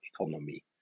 economy